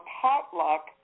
potluck